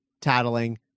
tattling